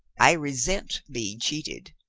i resent being cheated.